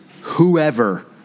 whoever